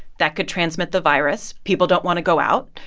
that could transmit the virus. people don't want to go out.